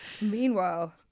meanwhile